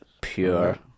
Pure